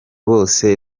bose